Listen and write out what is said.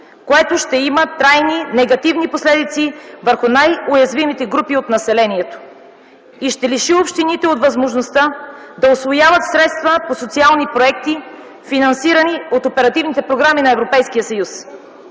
което ще има трайни негативни последици върху най-уязвимите групи от населението и ще лиши общините от възможността да усвояват средства по социални проекти, финансирани от оперативните програми на Европейския съюз.